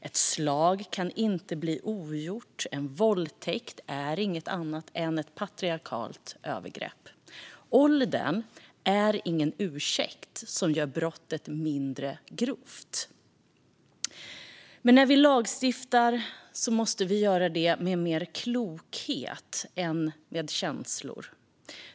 Ett slag kan inte bli ogjort. En våldtäkt är inget annat än ett patriarkalt övergrepp. Åldern är ingen ursäkt som gör brottet mindre grovt. Men när vi lagstiftar måste vi göra det med mer klokhet än känslor.